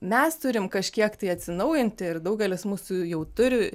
mes turim kažkiek tai atsinaujinti ir daugelis mūsų jau turi